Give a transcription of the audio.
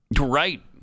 Right